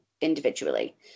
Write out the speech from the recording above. individually